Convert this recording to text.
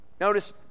Notice